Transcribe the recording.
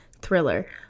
Thriller